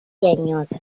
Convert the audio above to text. llenyosa